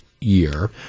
year